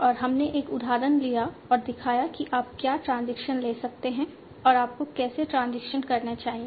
और हमने एक उदाहरण लिया और दिखाया कि आप क्या ट्रांजिशन ले सकते हैं और आपको कैसे ट्रांजिशन करने चाहिए